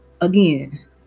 again